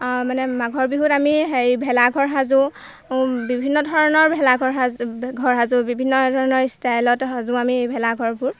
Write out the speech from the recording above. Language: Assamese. মানে মাঘৰ বিহুত আমি হেৰি ভেলাঘৰ সাজোঁ বিভিন্ন ধৰণৰ ভেলাঘৰ সাজোঁ ঘৰ সাজোঁ বিভিন্ন ধৰণৰ ষ্টাইলত সাজোঁ আমি ভেলাঘৰবোৰ